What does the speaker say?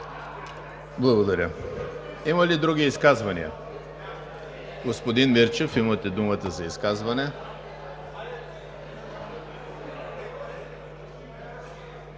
Благодаря. Има ли други изказвания? Господин Мирчев, имате думата за изказване.